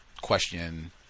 question